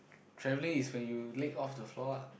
traveling is when you leg off the floor lah